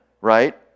right